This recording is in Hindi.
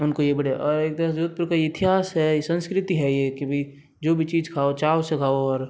उनको ये बढ़िया और एक तरह से जोधपुर का ये इतिहास है संस्कृति है ये कि भाई जो भी चीज़ खाओ चाव से खाओ और